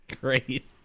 Great